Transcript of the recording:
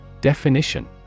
Definition